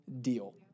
deal